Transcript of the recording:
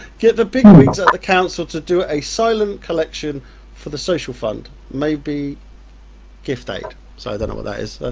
get the bigwigs at the council to do a silent collection for the social fund, maybe gift aid so i don't know what that is,